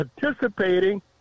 participating